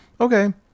Okay